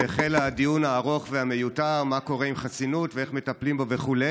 והחל הדיון הארוך והמיותר מה קורה עם חסינות ואיך מטפלים בו וכו'.